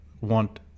want